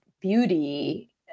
beauty